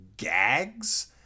gags